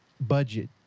budget